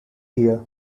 hear